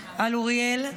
אוריאל,